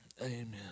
amen